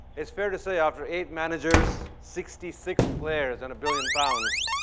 it's fair to say after eight managers, sixty six players and a billion pounds,